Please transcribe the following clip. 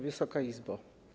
Wysoka Izbo!